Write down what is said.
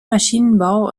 maschinenbau